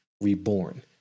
reborn